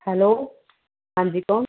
hello ਹਾਂਜੀ ਕੌਣ